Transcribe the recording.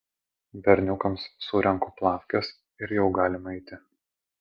berniukams surenku plafkes ir jau galim eiti